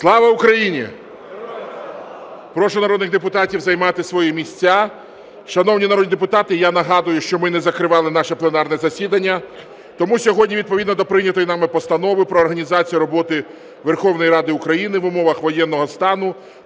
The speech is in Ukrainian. Слава Україні! Прошу народних депутатів займати свої місця. Шановні народні депутати, я нагадую, що ми не закривали наше пленарне засідання. Тому сьогодні відповідно до прийнятої нами Постанови про організацію роботи Верховної Ради України в умовах воєнного стану